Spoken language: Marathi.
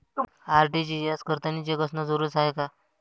आर.टी.जी.एस करतांनी चेक असनं जरुरीच हाय का?